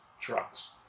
trucks